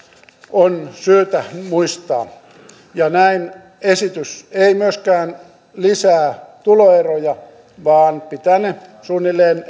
on syytä muistaa näin esitys ei myöskään lisää tuloeroja vaan pitää ne suunnilleen